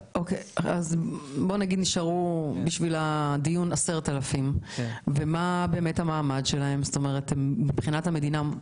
בשביל הדיון נגיד שנשארו 10,000. מה המעמד שלהם מבחינת המדינה?